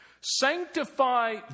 sanctify